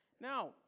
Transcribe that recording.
Now